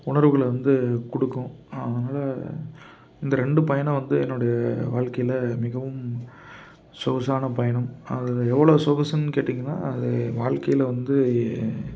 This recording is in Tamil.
உணர்வுகளை வந்து கொடுக்கும் அதனால இந்த ரெண்டு பயணம் வந்து என்னுடைய வாழ்க்கையில மிகவும் சொகுசான பயணம் அது எவ்வளோ சொகுசுன்னு கேட்டிங்கன்னா அது வாழ்க்கையில வந்து